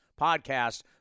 podcast